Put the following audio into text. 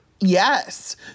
yes